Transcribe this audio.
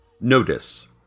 Notice